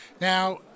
now